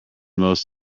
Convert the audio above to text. most